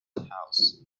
house